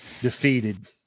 defeated